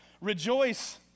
rejoice